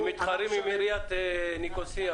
הם מתחרים עם עיריית ניקוסיה.